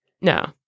no